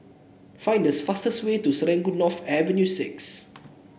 find this fastest way to Serangoon North Avenue Six